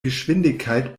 geschwindigkeit